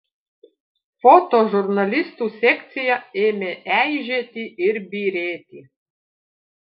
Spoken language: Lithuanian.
fotožurnalistų sekcija ėmė eižėti ir byrėti